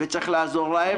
וצריך לעזור להם.